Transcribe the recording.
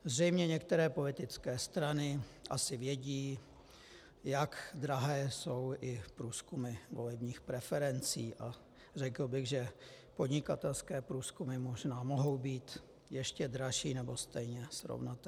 Zřejmě některé politické strany asi vědí, jak drahé jsou i průzkumy volebních preferencí, a řekl bych, že podnikatelské průzkumy možná mohou být ještě dražší nebo stejné, srovnatelné.